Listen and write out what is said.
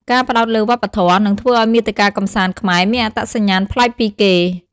ការផ្តោតលើវប្បធម៌ នឹងធ្វើឱ្យមាតិកាកម្សាន្តខ្មែរមានអត្តសញ្ញាណប្លែកពីគេ។